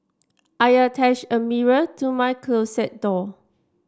I attached a mirror to my closet door